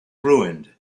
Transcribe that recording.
ruined